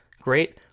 Great